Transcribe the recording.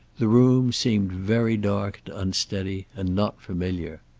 the room seemed very dark and unsteady, and not familiar.